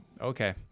okay